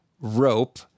rope